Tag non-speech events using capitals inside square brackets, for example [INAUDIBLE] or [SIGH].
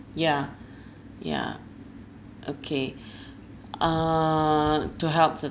yeah [BREATH] yeah okay [BREATH] uh to help